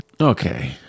Okay